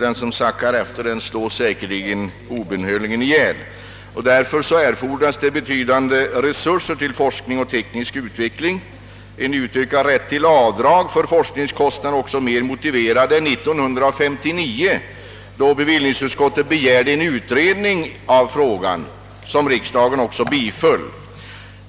Den som sackar efter slås obönhörligen ihjäl. Därför erfordras betydande resurser för forskning och teknisk utveckling. En utökad rätt till avdrag för forskningskostnader är nu mer motiverad än 1959, då bevillningsutskottet begärde en utredning av frågan, en begäran som riksdagen också biföll.